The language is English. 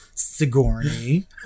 Sigourney